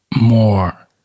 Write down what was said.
more